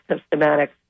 systematic